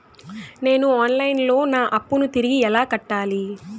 నేను online లో నా అప్పును తిరిగి ఎలా కట్టాలి?